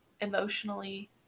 emotionally